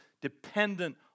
dependent